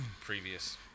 previous